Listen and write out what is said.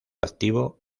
activo